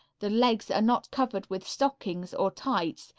the legs are not covered with stockings or tights,